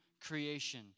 creation